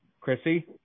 Chrissy